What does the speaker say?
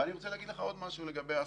ואני רוצה להגיד לך עוד משהו לגבי ההסכמות.